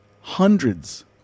hundreds